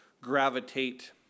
gravitate